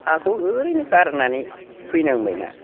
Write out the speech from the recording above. हाखौ ओरैनो गारनानै फैनांबाय ना